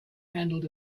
handled